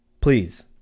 Please